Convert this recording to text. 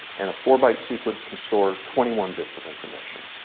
and a four byte sequence can store twenty one bits of information.